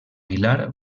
aguilar